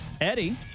Eddie